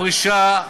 הוא כבר, גיל הפרישה,